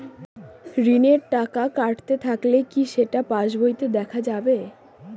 ঋণের টাকা কাটতে থাকলে কি সেটা পাসবইতে দেখা যাবে?